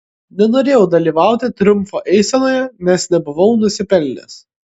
nenorėjau dalyvauti triumfo eisenoje nes nebuvau nusipelnęs